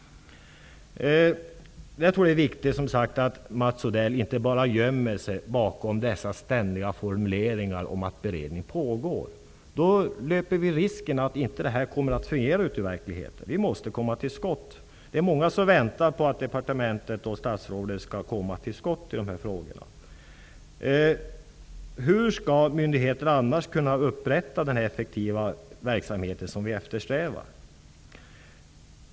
Det är viktigt att Mats Odell inte gömmer sig bakom ständiga formuleringar om att beredning pågår. Då löper vi risken att detta inte kommer att genomföras i verkligheten. Vi måste som sagt komma till skott i dessa viktiga frågor. Det är många som väntar på att departementet och statsrådet skall komma till beslut i dessa frågor. Hur skall myndigheterna annars kunna upprätta den effektiva verksamhet som vi eftersträvar?